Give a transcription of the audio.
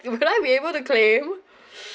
would I be able to claim